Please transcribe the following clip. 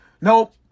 Nope